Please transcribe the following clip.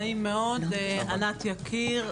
נעים מאוד ענת יקיר.